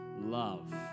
love